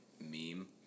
meme